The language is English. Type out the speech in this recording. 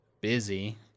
busy